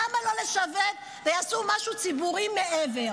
למה לא --- ויעשו משהו ציבורי מעבר?